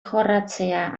jorratzea